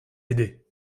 aider